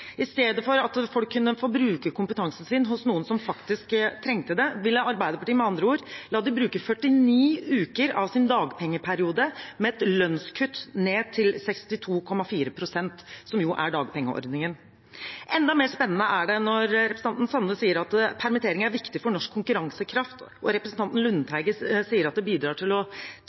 I stedet for at folk kunne få bruke kompetansen sin hos noen som faktisk trengte den, ville Arbeiderpartiet med andre ord la dem bruke 49 uker av sin dagpengeperiode, med et lønnskutt til 62,4 pst., som er dagpengeordningens nivå. Enda mer spennende er det når representanten Sande sier at permittering er viktig for norsk konkurransekraft, og representanten Lundteigen sier at det bidrar til å